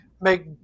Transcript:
make